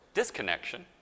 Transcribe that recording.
disconnection